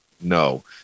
no